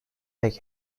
pek